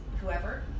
whoever